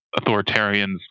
authoritarians